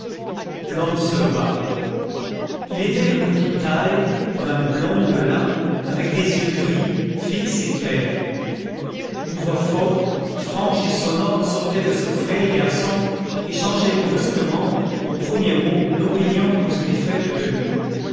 l'homme se leva il était de petite taille d'un blond de lin avec des yeux gris fixes et clairs une voix forte franche et sonore sortait de ce frêle garçon et changeait brusquement aux premiers mots l'opinion qu'on s'était faite de lui